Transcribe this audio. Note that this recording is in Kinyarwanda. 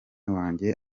wanjye